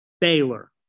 Baylor